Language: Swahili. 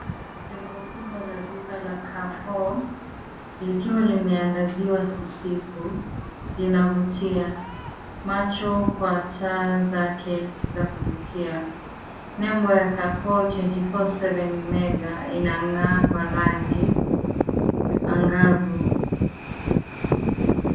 Jengo kubwa la duka la Carrefour, likiwa limeangaziwa usiku, linavutia, macho kwa taa zake za kuvutia, nembo ya Carrefour 24/7 mega, inang'aa kwa rangi, angavu.